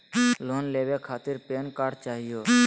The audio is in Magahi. लोन लेवे खातीर पेन कार्ड चाहियो?